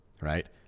right